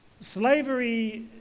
slavery